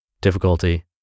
difficulty